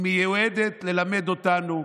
היא מיועדת ללמד אותנו,